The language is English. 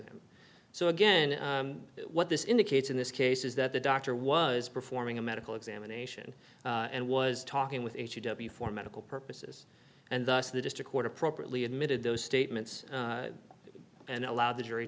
him so again what this indicates in this case is that the doctor was performing a medical examination and was talking with h w for medical purposes and thus the district court appropriately admitted those statements and allowed the jury